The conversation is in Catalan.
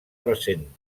recent